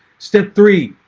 step three,